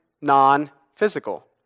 non-physical